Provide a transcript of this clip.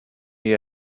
you